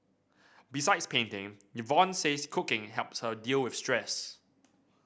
besides painting Yvonne says cooking helps her deal with stress